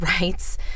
rights